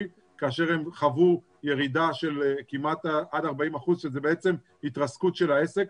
כאשר הם חוו ירידה של כמעט עד 40% שזה בעצם התרסקות של העסק.